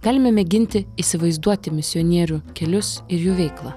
galime mėginti įsivaizduoti misionierių kelius ir jų veiklą